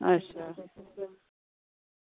अच्छा